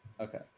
Okay